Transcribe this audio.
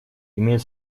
имеет